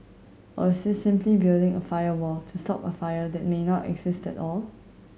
or is this simply building a firewall to stop a fire that may not exist at all